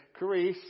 Carice